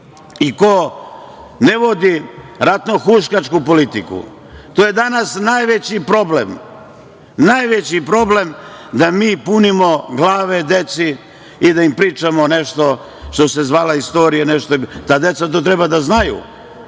i ko ne vodi ratnohuškačku politiku. To je danas najveći problem. Najveći problem je da mi punimo glave deci i da im pričamo nešto što se zvala istorija. Ta deca to treba da znaju,